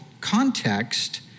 context